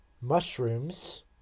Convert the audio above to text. Mushrooms